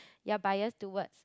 you're bias towards